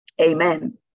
Amen